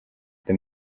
the